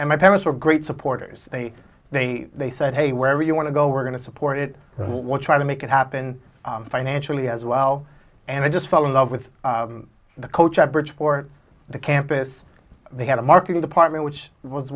and my parents were great supporters they they they said hey wherever you want to go we're going to support it was trying to make it happen financially as well and i just fell in love with the coach at bridgeport the campus they had a marketing department which was